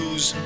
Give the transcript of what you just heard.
Use